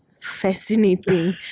fascinating